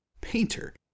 painter